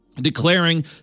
declaring